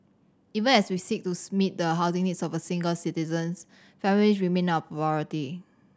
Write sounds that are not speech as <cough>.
even as we seek to <unintelligible> meet the housing needs of single citizens families remain our <unintelligible>